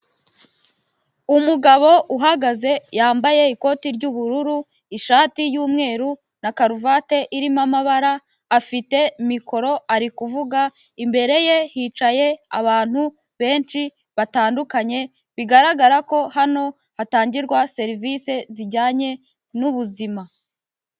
Umugabo uhagaze yambaye ikoti ry'ubururu, ishati y'umweru na karuvati irimo amabara, afite mikoro ari kuvuga, imbere ye hicaye abantu benshi batandukanye, bigaragara ko hano hatangirwa serivisi zijyanye n'ubuzima.